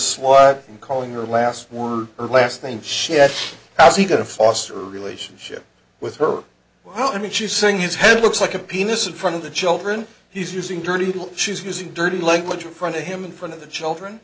slut and calling her last words her last name she has he got a foster relationship with her well i mean she's saying his head looks like a penis in front of the children he's using dirty little she's using dirty language in front of him in front of the children